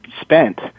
spent